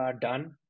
done